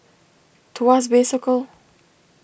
Tuas Bay Circle